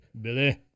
Billy